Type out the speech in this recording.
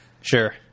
sure